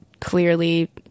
clearly